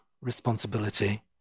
responsibility